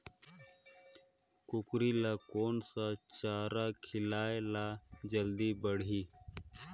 कूकरी ल कोन सा चारा खिलाय ल जल्दी बाड़ही?